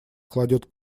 кладет